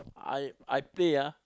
I I play ah